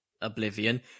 Oblivion